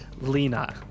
Lena